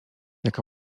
jaka